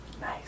Nice